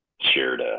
shared